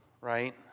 Right